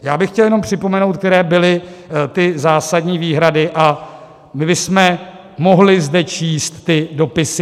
Já bych chtěl jenom připomenout, které byly ty zásadní výhrady a kdy jsme mohli zde číst ty dopisy.